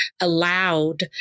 allowed